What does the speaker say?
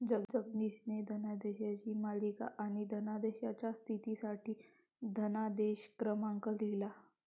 जगदीशने धनादेशांची मालिका आणि धनादेशाच्या स्थितीसाठी धनादेश क्रमांक लिहिला